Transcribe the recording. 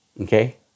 Okay